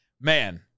man